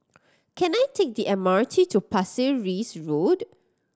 can I take the M R T to Pasir Ris Road